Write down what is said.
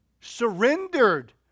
Surrendered